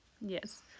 Yes